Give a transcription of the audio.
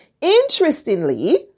interestingly